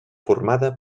formada